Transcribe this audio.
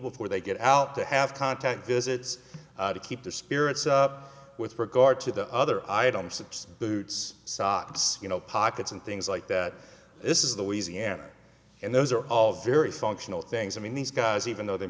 before they get out to have contact visits to keep their spirits up with regard to the other items six boots sops you know pockets and things like that this is the easy answer and those are all very functional things i mean these guys even though they